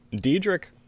Diedrich